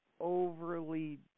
overly